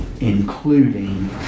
including